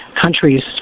countries